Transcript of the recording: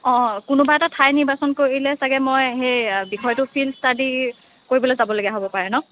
অঁ কোনোবা এটা ঠাই নিৰ্বাচন কৰিলে চাগে মই সেই বিষয়টো ফিল্ড ষ্টাডি কৰিবলৈ যাবলগীয়া হ'ব পাৰে ন